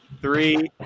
Three